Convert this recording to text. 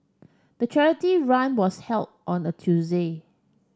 the charity run was held on a Tuesday